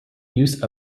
use